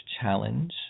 challenge